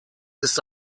ist